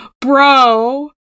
Bro